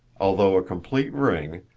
although a complete ring,